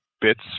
bits